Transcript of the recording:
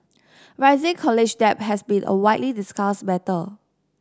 rising college debt has been a widely discussed matter